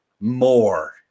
more